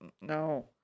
No